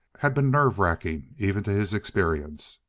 had been nerve-racking even to his experience.